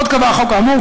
עוד קבע החוק האמור,